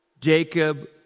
Jacob